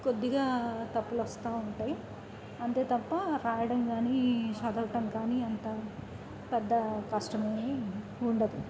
కొద్దిగా తప్పులు వస్తూ ఉంటాయి అంతే తప్ప రాయడం కానీ చదవటం కానీ అంత పెద్ద కష్టమేమి ఉండదు